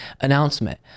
announcement